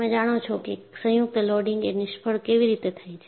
તમે જાણો છો કે સંયુક્ત લોડિંગ એ નિષ્ફળ કેવી રીતે થાય છે